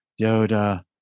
yoda